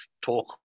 talk